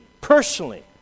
personally